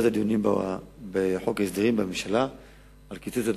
הדיונים בחוק ההסדרים בממשלה על הקיצוץ ההדרגתי.